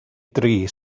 dri